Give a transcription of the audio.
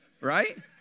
Right